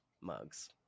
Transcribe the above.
mugs